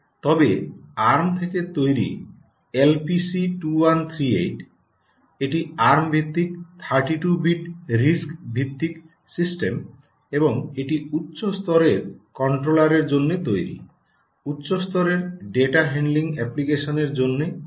তবে আর্ম থেকে তৈরি এলপিসি 2138 এটি আর্ম ভিত্তিক 32 বিট আরআইএসসি ভিত্তিক সিস্টেম এবং এটি উচ্চ স্তরের কন্ট্রোলারের জন্য তৈরি উচ্চ স্তরের ডেটা হ্যান্ডলিং অ্যাপ্লিকেশনের জন্য তৈরি